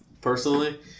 personally